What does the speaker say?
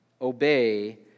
Obey